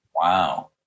Wow